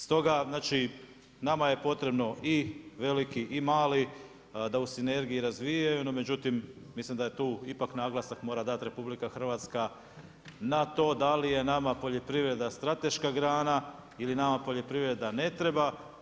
Stoga, znači nama je potrebno i veliki i mali da u sinergiji razvijaju, no međutim, milim da je tu ipak naglasak mora dati RH na to da li je nama poljoprivreda strateška grana ili je nama poljoprivredna ne treba.